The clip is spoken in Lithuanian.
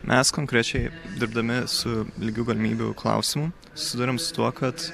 mes konkrečiai dirbdami su lygių galimybių klausimu susiduriam su tuo kad